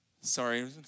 sorry